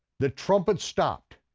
the trumpets stopped.